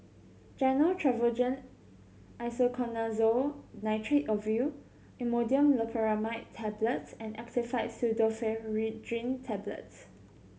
Gyno Travogen Isoconazole Nitrate Ovule Imodium Loperamide Tablets and Actifed Pseudoephedrine Tablets